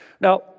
Now